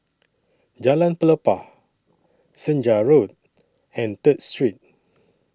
Jalan Pelepah Senja Road and Third Street